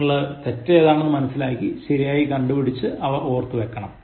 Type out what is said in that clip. നിങ്ങൾ തെറ്റ് ഏതാണെന്നു മനസിലാക്കി ശരിയായത് കണ്ടുപിടിച്ച് അവ ഓർത്തുവൈക്കണം